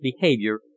behavior